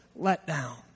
letdown